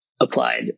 applied